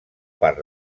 part